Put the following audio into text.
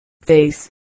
face